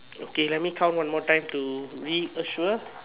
okay let me count one more time to reassure